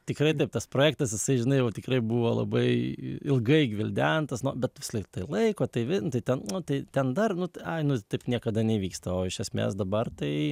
tikrai taip tas projektas jisai žinai jau tikrai buvo labai ilgai gvildentas bet visą laik tai laiko tai vis tai ten tai ten dar nu ai nu taip niekada nevyksta o iš esmės dabar tai